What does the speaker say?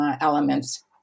elements